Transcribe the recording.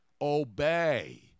Obey